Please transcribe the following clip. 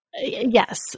Yes